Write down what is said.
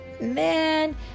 Man